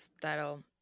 that'll